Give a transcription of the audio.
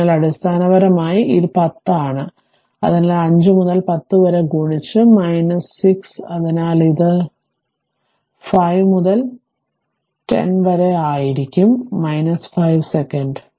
അതിനാൽ അടിസ്ഥാനപരമായി ഏത് 10 ആണ് അതിനാൽ 5 മുതൽ 10 വരെ ഗുണിച്ച് 6 അതിനാൽ ഇത് 5 മുതൽ 10 വരെ ആയിരിക്കും 5 സെക്കൻഡ്